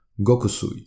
Gokusui